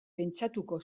pentsatuko